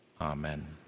amen